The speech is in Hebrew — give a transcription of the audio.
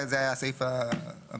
זה היה הסעיף המקורי.